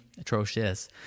atrocious